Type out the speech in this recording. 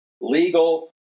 legal